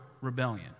rebellion